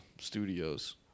Studios